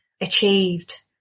achieved